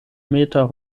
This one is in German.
meter